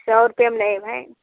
सौ रुपये में ले हैं